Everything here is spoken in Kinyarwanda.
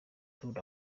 tour